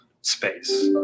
space